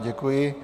Děkuji.